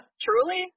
Truly